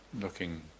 looking